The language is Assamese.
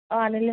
অঁ আনি